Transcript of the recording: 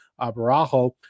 Barajo